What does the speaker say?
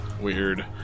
Weird